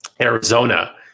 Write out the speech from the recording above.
Arizona